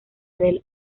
del